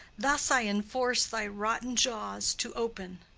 thus i enforce thy rotten jaws to open,